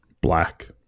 Black